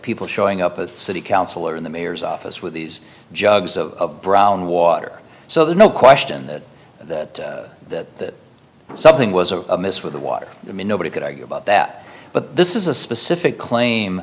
people showing up at city council or in the mayor's office with these jugs of brown water so there's no question that that that something was a amiss with the water i mean nobody could argue about that but this is a specific claim